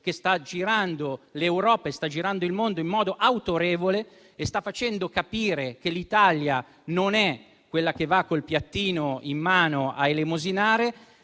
che sta girando l'Europa e il mondo in modo autorevole, facendo capire che l'Italia non è quella che va con il piattino in mano a elemosinare.